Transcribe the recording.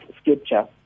scripture